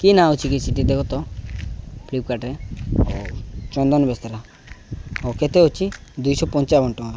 କି ନାଁ ଅଛି କି ସେଠି ଦେବ ତ ଫ୍ଲିପକାର୍ଟରେ ହଉ ଚନ୍ଦନ ବେସ୍ତେରା ହଉ କେତେ ଅଛି ଦୁଇଶହ ପଞ୍ଚାବନ ଟଙ୍କା